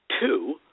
two